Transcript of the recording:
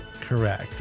Correct